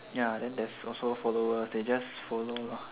ya then there's followers they just follow lah